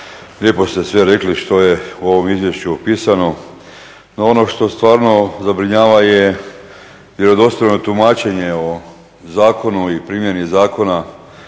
lijepo ste sve rekli što je u ovom izvješću opisano no ono što stvarno zabrinjava je vjerodostojno tumačenje o zakonu i primjeni zakona